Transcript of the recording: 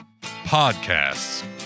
podcasts